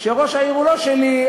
כשראש העיר הוא לא שלי,